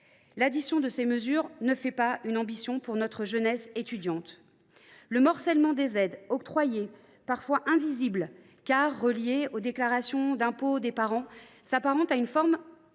à cet objectif et ne fait pas une ambition pour notre jeunesse étudiante. Le morcellement des aides octroyées, parfois invisibles, car reliées aux déclarations d’impôts des parents, s’apparente, à mon